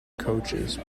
coaches